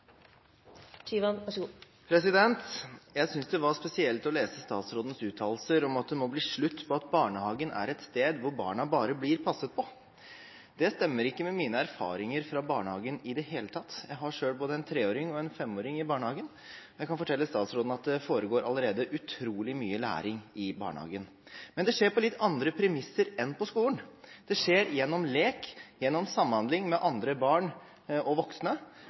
Jeg syntes det var spesielt å lese statsrådens uttalelser om at det må bli slutt på at barnehagen er et sted hvor barna bare blir passet på. Det stemmer ikke med mine erfaringer fra barnehagen i det hele tatt. Jeg har selv både en treåring og en femåring i barnehagen, og jeg kan fortelle statsråden at det foregår allerede utrolig mye læring i barnehagen. Men det skjer på litt andre premisser enn på skolen. Det skjer gjennom lek, gjennom samhandling med andre barn og voksne,